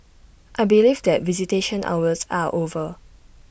I believe that visitation hours are over